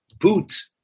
boot